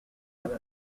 cette